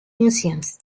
museums